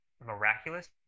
miraculous